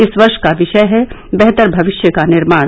इस वर्ष का विषय है बेहतर मविष्य का निर्माण